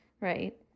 right